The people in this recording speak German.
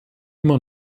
immer